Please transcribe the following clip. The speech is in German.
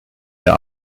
mehr